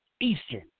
Eastern